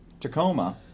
Tacoma